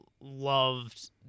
loved